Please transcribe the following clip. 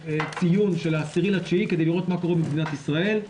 ציון של ה-10.9 כדי לראות מה קורה במדינת ישראל,